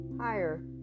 higher